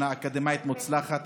שנה אקדמית מוצלחת,